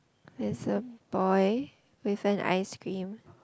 it's a boy with an ice cream